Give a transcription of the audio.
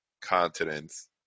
continents